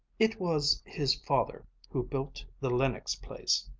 it was his father who built the lenox place,